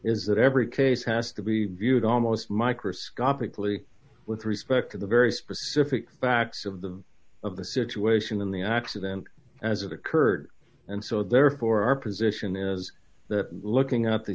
is that every case has to be viewed almost microscopically with respect to the very specific facts of the of the situation in the accident as it occurred and so therefore our position is that looking at the